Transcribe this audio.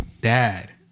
dad